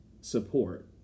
support